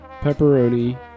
pepperoni